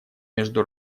между